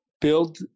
build